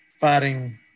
fighting